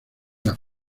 las